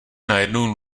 najednou